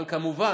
אבל כמובן,